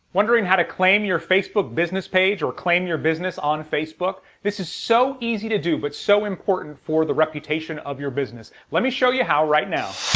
wondering how to claim your facebook business page or claim your business on facebook? this is so easy to do but so important for the reputation of your business. let me show you how right now